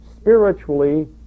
spiritually